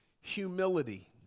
humility